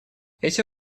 эти